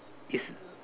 is